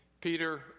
Peter